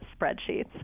spreadsheets